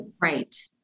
Right